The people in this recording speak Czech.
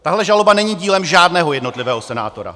Tahle žaloba není dílem žádného jednotlivého senátora.